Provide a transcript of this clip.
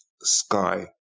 Sky